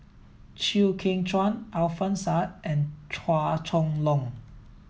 Chew Kheng Chuan Alfian Sa'at and Chua Chong Long